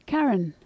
Karen